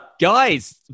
Guys